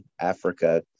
Africa